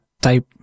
type